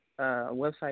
website